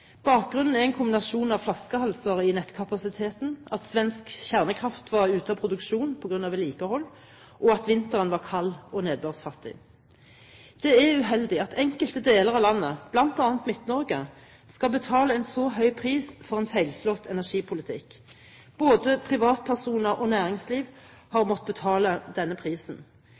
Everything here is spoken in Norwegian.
Bakgrunnen er en kombinasjon av flaskehalser i nettkapasiteten, at svensk kjernekraft var ute av produksjon på grunn av vedlikehold, og at vinteren var kald og nedbørsfattig. Det er uheldig at enkelte deler av landet, bl.a. Midt-Norge, skal betale en så høy pris for en feilslått energipolitikk. Både privatpersoner og næringsliv har måttet betale denne prisen.